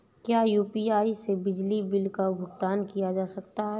क्या यू.पी.आई से बिजली बिल का भुगतान किया जा सकता है?